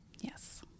Yes